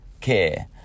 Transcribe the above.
care